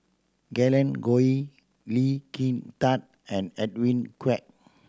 Glen Goei Lee Kin Tat and Edwin Koek